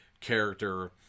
character